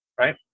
Right